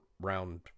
round